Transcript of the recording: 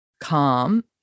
calm